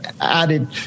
added